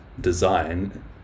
design